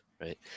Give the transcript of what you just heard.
right